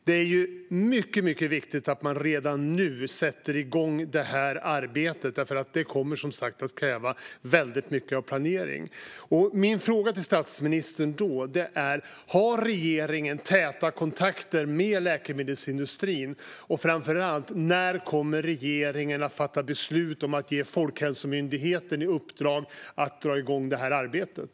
Det är mycket, mycket viktigt att man redan nu sätter igång det här arbetet, därför att det kommer som sagt att kräva väldigt mycket av planering. Då är min fråga till statsministern: Har regeringen täta kontakter med läkemedelsindustrin och, framför allt, när kommer regeringen att fatta beslut om att ge Folkhälsomyndigheten i uppdrag att dra igång det här arbetet?